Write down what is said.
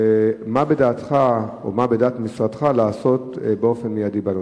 2. מה בדעת משרדך לעשות באופן מיידי בנושא?